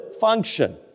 function